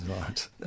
right